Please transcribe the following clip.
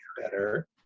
better